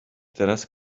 teraz